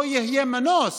לא יהיה מנוס